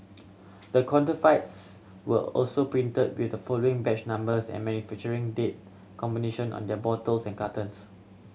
the counterfeits were also printed with the following batch numbers and manufacturing date combination on their bottles and cartons